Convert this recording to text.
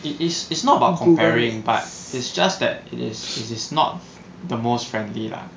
it is it's not about comparing but is just that it is not the most friendly lah